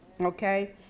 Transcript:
Okay